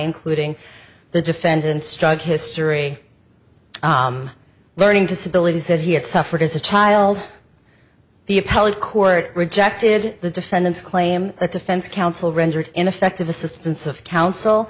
including the defendant's drug history learning disability that he had suffered as a child the appellate court rejected the defendant's claim that defense counsel rendered ineffective assistance of coun